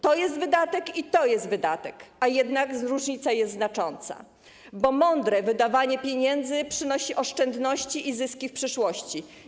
To jest wydatek i to jest wydatek, a jednak różnica jest znacząca, bo mądre wydawanie pieniędzy przynosi oszczędności i zyski w przyszłości.